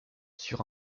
sur